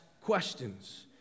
questions